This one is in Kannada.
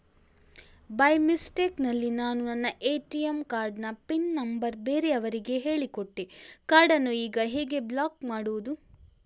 ಬೈ ಮಿಸ್ಟೇಕ್ ನಲ್ಲಿ ನಾನು ನನ್ನ ಎ.ಟಿ.ಎಂ ಕಾರ್ಡ್ ನ ಪಿನ್ ನಂಬರ್ ಬೇರೆಯವರಿಗೆ ಹೇಳಿಕೊಟ್ಟೆ ಕಾರ್ಡನ್ನು ಈಗ ಹೇಗೆ ಬ್ಲಾಕ್ ಮಾಡುವುದು?